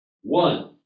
one